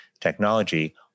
technology